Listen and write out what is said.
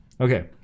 Okay